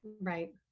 Right